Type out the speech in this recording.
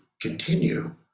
continue